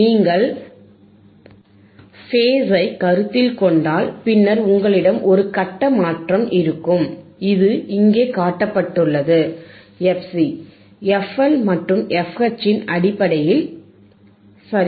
நீங்கள் ஃபேசை கருத்தில் கொண்டால் பின்னர் உங்களிடம் ஒரு கட்ட மாற்றம் இருக்கும் இது இங்கே காட்டப்பட்டுள்ளது fc fL மற்றும் fH இன் அடிப்படையில் சரி